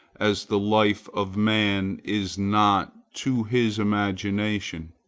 as the life of man is not, to his imagination.